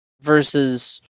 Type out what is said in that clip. Versus